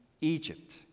Egypt